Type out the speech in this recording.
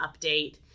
update